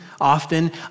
often